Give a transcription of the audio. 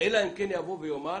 אלא אם כן יבוא ויאמר